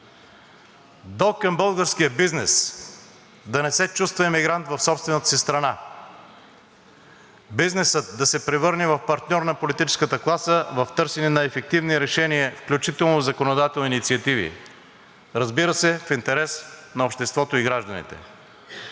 дълг към българския бизнес, да не се чувства емигрант в собствената си страна, бизнесът да се превърне в партньор на политическата класа в търсене на ефективни решения, включително в законодателни инициативи, разбира се, в интерес на обществото и гражданите.